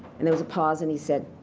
and there was a pause, and he said,